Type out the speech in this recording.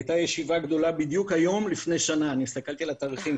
הייתה ישיבה גדולה בדיוק היום לפני שנה אני הסתכלתי על התאריכים,